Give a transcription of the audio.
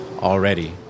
already